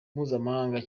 mpuzamahanga